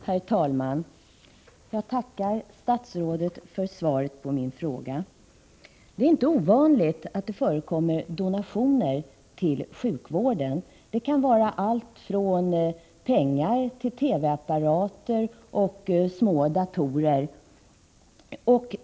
Herr talman! Jag tackar statsrådet för svaret på min fråga. Det är inte ovanligt att det förekommer donationer till sjukvården. Det kan vara allt från pengar till TV-apparater och små datorer.